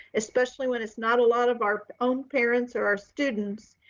especially when it's not a lot of our own parents or our students,